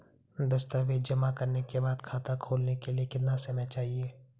दस्तावेज़ जमा करने के बाद खाता खोलने के लिए कितना समय चाहिए?